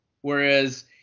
whereas